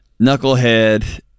knucklehead